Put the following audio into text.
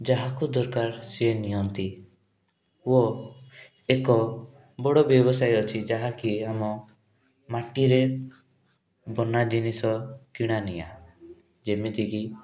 ଯାହାକୁ ଦରକାର ସିଏ ନିଅନ୍ତି ଓ ଏକ ବଡ଼ ବ୍ୟବସାୟ ଅଛି ଯାହାକି ଆମ ମାଟିରେ ବନା ଜିନିଷ କିଣା ନିଆ ଯେମିତି କି